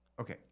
Okay